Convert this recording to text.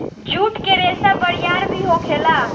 जुट के रेसा बरियार भी होखेला